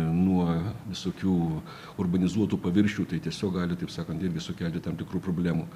nuo visokių urbanizuotų paviršių tai tiesiog gali taip sakant irgi sukelti tam tikrų problemų